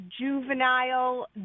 juvenile